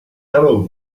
hello